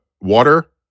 water